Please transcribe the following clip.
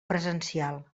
presencial